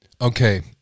Okay